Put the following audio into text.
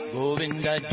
Govinda